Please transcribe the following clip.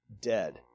dead